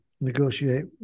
negotiate